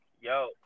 yo